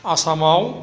आसामाव